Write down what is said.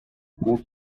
проти